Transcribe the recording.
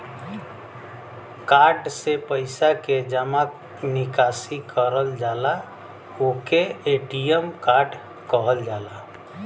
card से पइसा के जमा निकासी करल जाला ओके ए.टी.एम कार्ड कहल जाला